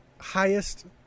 highest